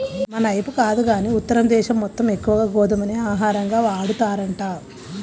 మనైపు కాదు గానీ ఉత్తర దేశం మొత్తం ఎక్కువగా గోధుమనే ఆహారంగా వాడతారంట